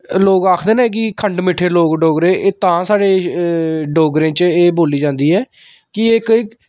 लोक आखदे न कि खंड मिट्ठे लोक डोगरे एह् तां साढ़े डोगरें च एह् बोल्ली जंदी ऐ कि एह् इक